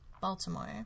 Baltimore